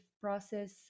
process